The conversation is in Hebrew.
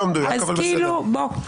לא מדויק, אבל בסדר.